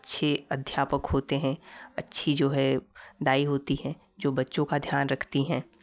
अच्छे अध्यापक होते हैं अच्छी जो है दाई होती है जो बच्चो का ध्यान रखती है